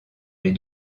les